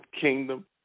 kingdom